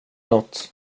nåt